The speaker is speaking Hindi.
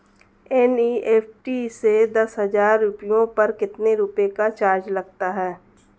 एन.ई.एफ.टी से दस हजार रुपयों पर कितने रुपए का चार्ज लगता है?